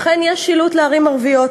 אכן יש שילוט הדרכה לערים ערביות.